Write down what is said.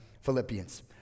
Philippians